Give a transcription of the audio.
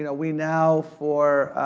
and we now, for